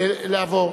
לעבור.